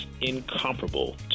incomparable